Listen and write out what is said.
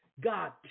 God